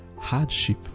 Hardship